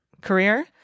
career